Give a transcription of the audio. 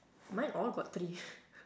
mine all got three